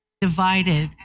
divided